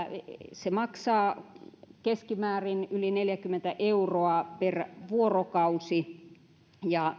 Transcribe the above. se maksaa keskimäärin yli neljäkymmentä euroa per vuorokausi ja